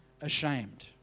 ashamed